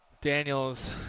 Daniels